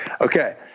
Okay